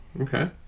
Okay